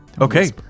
Okay